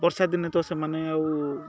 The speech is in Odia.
ବର୍ଷା ଦିନେ ତ ସେମାନେ ଆଉ